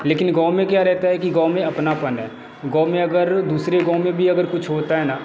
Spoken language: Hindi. लेकिन गाँव में क्या रहता है कि गाँव में अपनापन है गाँव में अगर दूसरे गाँव में भी अगर कुछ होता है ना